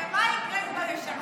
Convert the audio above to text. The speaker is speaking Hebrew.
ומה יקרה אם לא ישלמו,